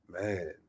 Man